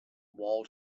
wall